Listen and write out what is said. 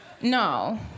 No